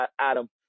Adam